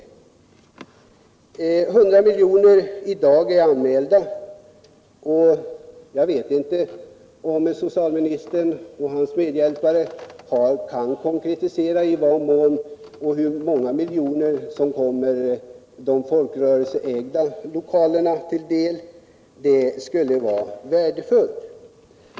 100 milj.kr. är anmälda i dag. Jag vet inte om socialministern och hans medhjälpare kan konkretisera hur många miljoner som kommer de folkrörelseägda lokalerna till del. Det skulle vara värdefullt.